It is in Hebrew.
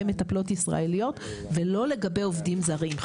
מטפלות ישראליות ולא לגבי עובדים זרים.